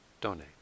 donate